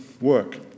work